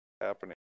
happening